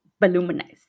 voluminous